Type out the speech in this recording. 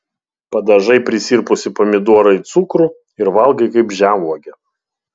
padažai prisirpusį pomidorą į cukrų ir valgai kaip žemuogę